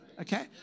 Okay